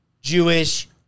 Jewish